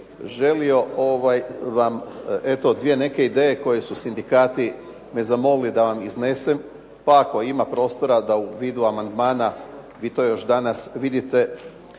želio vam eto 2 neke ideje koje su sindikati me zamolili da vam iznesem pa ako ima prostora da u vidu amandmana vi to još danas vidite.